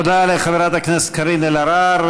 תודה לחברת הכנסת קארין אלהרר.